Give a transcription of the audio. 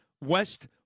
West